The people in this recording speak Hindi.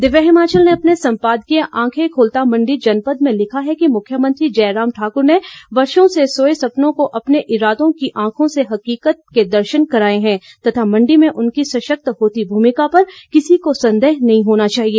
दिव्य हिमाचल ने अपने संपादकीय आंखें खोलता मंडी जनपद में लिखा है कि मुख्यमंत्री जयराम ठाकुर ने वर्षों से सोए सपनों को अपने इरादों की आंखों से हकीकत के दर्शन कराए हैं तथा मंडी में उनकी सशक्त होती भूमिका पर किसी को संदेह नहीं होना चाहिए